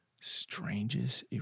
Strangest